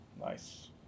nice